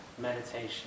Meditation